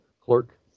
clerk